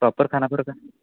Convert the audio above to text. proper Khanapur का